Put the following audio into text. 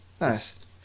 Nice